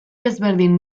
ezberdin